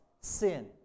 sin